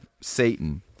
Satan